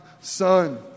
Son